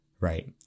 right